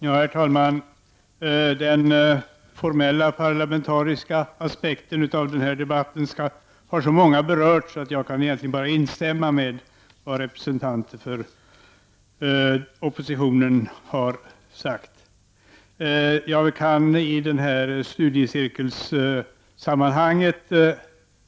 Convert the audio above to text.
Herr talman! Den formella parlamentariska aspekten på den här debatten har så många berört att jag egentligen bara kan instämma i vad representanter för oppositionen har sagt. Jag kan komma med några påpekanden i samband med studiecirkelresonemanget.